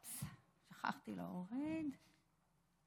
אני